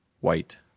White